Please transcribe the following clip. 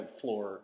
floor